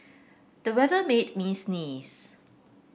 the weather made me sneeze